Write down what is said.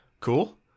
Cool